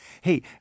Hey